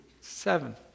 seven